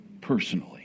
personally